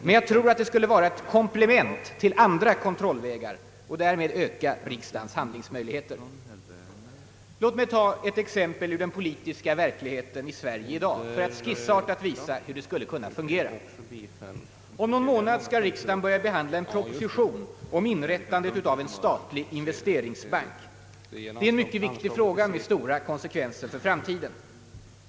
Men jag tror att det skulle vara ett komplement till andra kontrollvägar och därmed öka riksdagens handlingsmöjligheter. Låt mig ta ett exempel ur den politiska verkligheten i Sverige i dag för att skissartat visa hur det skulle kunna fungera. Om någon månad skall riksdagen börja behandla en proposition om inrättandet av en statlig investeringsbank. Det är en mycket viktig fråga med stora konsekvenser för framtiden.